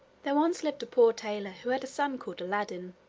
there once lived a poor tailor, who had a son called aladdin,